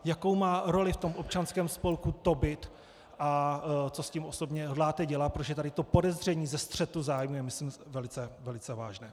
Jakou má roli v občanském spolku Tobit a co s tím osobně hodláte dělat, protože tady to podezření ze střetu zájmu je, myslím, velice, velice vážně.